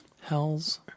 Hells